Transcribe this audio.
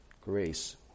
grace